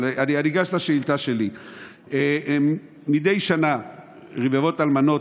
אני אגש לשאילתה שלי: מדי שנה רבבות אלמנות,